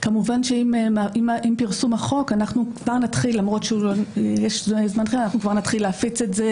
כמובן שעם פרסום החוק אנחנו כבר נתחיל להפיץ את זה,